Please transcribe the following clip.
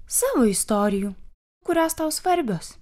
savo istorijų kurios tau svarbios